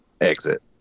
exit